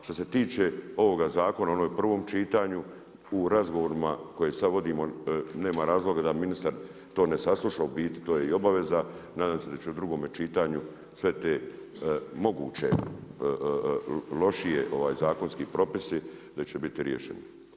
Što se tiče ovoga zakona, ono je u prvom čitanju, u razgovorima koje sad vodimo, nema razloga da ministar to ne sasluša, u biti to je i obaveza, nadam se da će u drugom čitanju sve te moguće lošije, ovaj zakonski propisi da će biti riješeni.